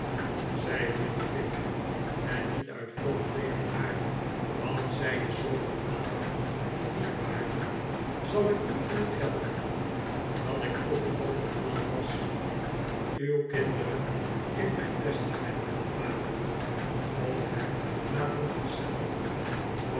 zei lillyvick en niet uit wrok tegen haar want zij is zooveel aandacht niet waard zal ik morgen het geld dat ik vroeger al van plan was uw kinderen in mijn testament te vermaken op hen laten